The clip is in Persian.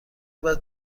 بعد